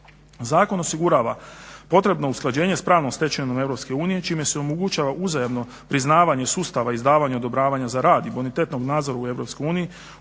Zakon osigurava potrebno usklađenje sa pravnom stečevinom EU čime se omogućava uzajamno priznavanje sustava izdavanja odobravanja za rad imunitetnog nadzoru u EU,